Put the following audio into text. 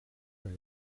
race